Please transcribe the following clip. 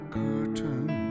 curtain